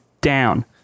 down